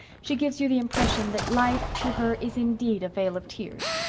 she gives you the impression that life to her is indeed a vale of tears,